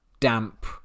damp